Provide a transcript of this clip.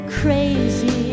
crazy